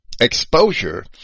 exposure